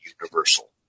universal